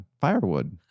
firewood